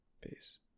peace